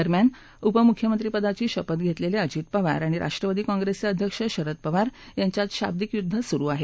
दरम्यान उपमुख्यमंत्री पदाची शपथ घेतलेले अजित पवार आणि राष्ट्रवादी काँप्रिसचे अध्यक्ष शरद पवार यांच्यात शाब्दिक युद्ध सुरु आहे